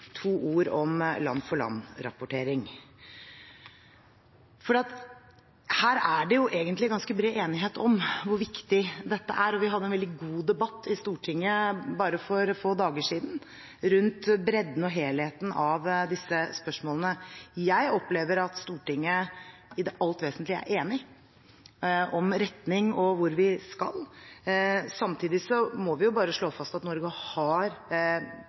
to ord om land-for-land-rapportering. Her er det egentlig ganske bred enighet om hvor viktig dette er, og vi hadde en veldig god debatt i Stortinget for bare få dager siden rundt bredden og helheten av disse spørsmålene. Jeg opplever at Stortinget i alt det vesentlige er enig om retning og hvor vi skal. Samtidig må vi bare slå fast at Norge har